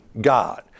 God